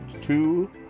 two